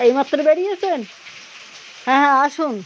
এইমাত্র বেরিয়েছেন হ্যাঁ হ্যাঁ আসুন